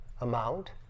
amount